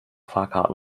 fahrkarten